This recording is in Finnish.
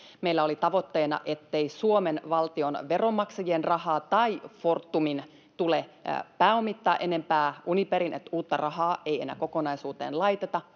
Meillä oli tavoitteena, ettei Suomen valtion veronmaksajien rahalla, tai Fortumin, tule pääomittaa enempää Uniperia, että uutta rahaa ei enää kokonaisuuteen laiteta.